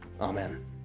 Amen